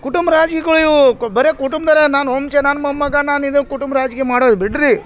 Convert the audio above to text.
ಕುಟುಂಬ ರಾಜಕೀಯಗಳ್ ಇವು ಕೊ ಬರೀ ಕುಟುಂಬದೋರೇ ನಾನು ವಂಶ ನಾನು ಮೊಮ್ಮಗ ನಾನು ಇದು ಕುಟುಂಬ ರಾಜಕೀಯ ಮಾಡೋದು ಬಿಡ್ರಿ